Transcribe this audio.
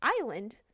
island